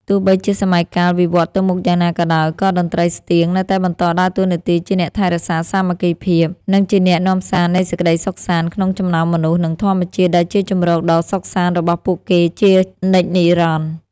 ទោះបីជាសម័យកាលវិវត្តទៅមុខយ៉ាងណាក៏ដោយ ក៏តន្ត្រីស្ទៀងនៅតែបន្តដើរតួនាទីជាអ្នកថែរក្សាសាមគ្គីភាព និងជាអ្នកនាំសារនៃសេចក្តីសុខសាន្ត ក្នុងចំណោមមនុស្ស និងធម្មជាតិដែលជាជម្រកដ៏សុខសាន្តរបស់ពួកគេជានិច្ចនិរន្តរ៍។